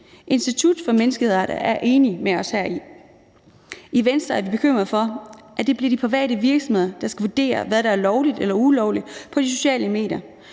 Institut for Menneskerettigheder er enig med os heri. I Venstre er vi bekymrede over, at det bliver de private virksomheder, der skal vurdere, hvad der er lovligt eller ulovligt på de sociale medier.